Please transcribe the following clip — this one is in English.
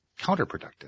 counterproductive